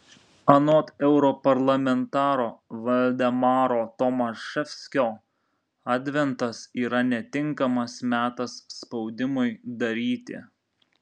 anot europarlamentaro valdemaro tomaševskio adventas yra netinkamas metas spaudimui daryti